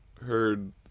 heard